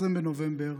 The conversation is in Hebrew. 20 בנובמבר,